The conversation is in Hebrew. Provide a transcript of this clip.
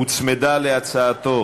הוצמדה להצעתו